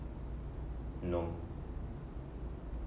no